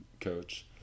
coach